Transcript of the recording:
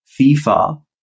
FIFA